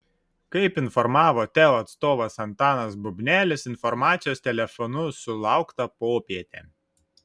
kaip informavo teo atstovas antanas bubnelis informacijos telefonu sulaukta popietę